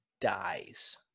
dies